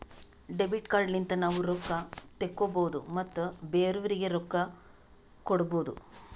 debit card ಲಿಂತ ನಾವ್ ರೊಕ್ಕಾ ತೆಕ್ಕೋಭೌದು ಮತ್ ಬೇರೆಯವ್ರಿಗಿ ರೊಕ್ಕಾ ಕೊಡ್ಭೌದು